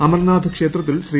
അമർനാഥ് ക്ഷേത്രത്തിൽ ശ്രീ